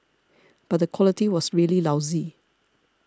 but the quality was really lousy